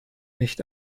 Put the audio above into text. nicht